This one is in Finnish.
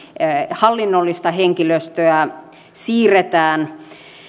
hallinnollista henkilöstöä siirretään